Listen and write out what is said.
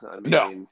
no